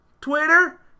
Twitter